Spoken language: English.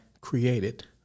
created